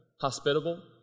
hospitable